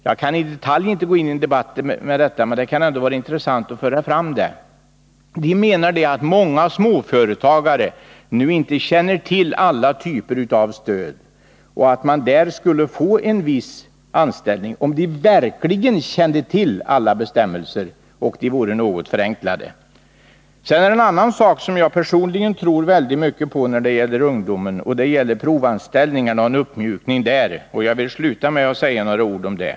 Jag skall inte i detalj gå in i en debatt om detta, men det kan vara intressant att föra fram denna synpunkt. På länsarbetsnämnden menar man att många småföretagare nu inte känner till alla typer av stöd och att man på småföretagen skulle kunna få vissa arbetstillfällen, om dessa företagare verkligen kände till alla bestämmelser och om dessa vore något förenklade. Det finns en annan åtgärd som jag personligen tror mycket på när det gäller ungdomen: en uppmjukning av bestämmelserna om provanställning. Jag vill avsluta med att säga några ord om detta.